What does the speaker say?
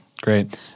Great